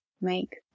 make